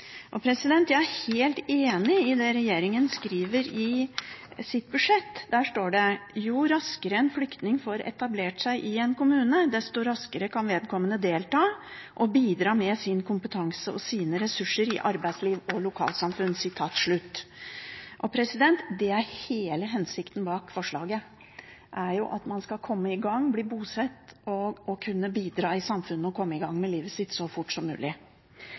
Jeg er helt enig i det regjeringen skriver i sitt budsjett. Der står det: «Jo raskare ein flyktning får etablert seg i ein kommune, desto raskare kan vedkomande delta og bidra med sin kompetanse og sine ressursar i arbeidsliv og lokalsamfunn.» Det er hele hensikten bak forslaget – det er at man skal komme i gang, bli bosatt og kunne bidra i samfunnet og komme i gang med livet sitt så fort som mulig.